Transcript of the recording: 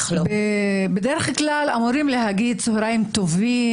בדרך כלל אמורים להגיד צהריים טובים,